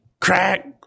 crack